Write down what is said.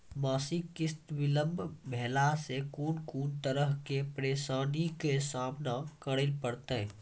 मासिक किस्त बिलम्ब भेलासॅ कून कून तरहक परेशानीक सामना करे परतै?